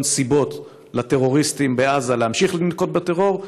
סיבות לטרוריסטים בעזה להמשיך לנקוט בטרור,